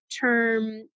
term